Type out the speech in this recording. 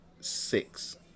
Six